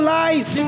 life